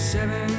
Seven